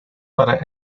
para